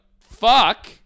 fuck